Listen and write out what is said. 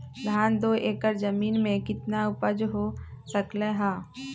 धान दो एकर जमीन में कितना उपज हो सकलेय ह?